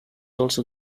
also